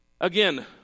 Again